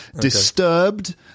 Disturbed